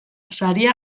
saria